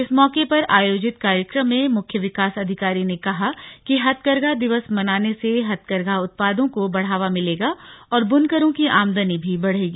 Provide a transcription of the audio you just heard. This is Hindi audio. इस मौके पर आयोजित कार्यक्रम में मुख्य विकास अधिकारी ने कहा कि हथकरघा दिवस मनाने से हथकरघा उत्पादों को बढावा मिलेगा और बुनकरों की आमदनी भी बढ़ेगी